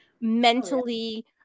mentally